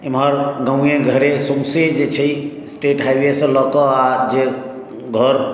इम्हर गाँवे घरे सौँसे जे छै स्टेट हाइ वे से लऽ कऽ जे घर